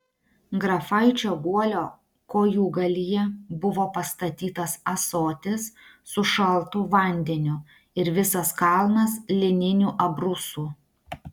grafaičio guolio kojūgalyje buvo pastatytas ąsotis su šaltu vandeniu ir visas kalnas lininių abrūsų